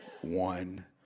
one